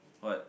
what